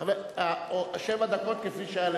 שבע דקות, כפי שהיה לפלסנר.